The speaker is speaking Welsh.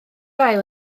ail